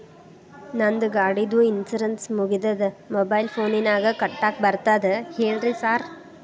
ನಂದ್ ಗಾಡಿದು ಇನ್ಶೂರೆನ್ಸ್ ಮುಗಿದದ ಮೊಬೈಲ್ ಫೋನಿನಾಗ್ ಕಟ್ಟಾಕ್ ಬರ್ತದ ಹೇಳ್ರಿ ಸಾರ್?